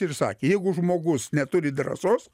ir sakė jeigu žmogus neturi drąsos